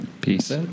Peace